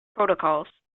protocols